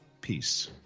Peace